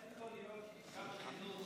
איך יכול להיות שמשרד החינוך